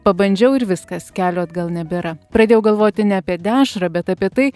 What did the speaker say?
pabandžiau ir viskas kelio atgal nebėra pradėjau galvoti ne apie dešrą bet apie tai